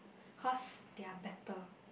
cause they're better